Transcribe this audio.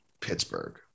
Pittsburgh